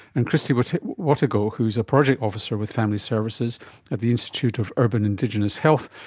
and kristie but watego who is a project officer with family services at the institute of urban indigenous health,